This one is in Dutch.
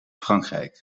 frankrijk